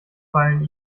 fallen